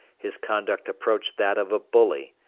his conduct approached that of a bully,